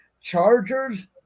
Chargers